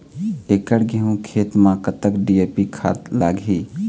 एकड़ गेहूं खेत म कतक डी.ए.पी खाद लाग ही?